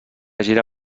gira